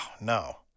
no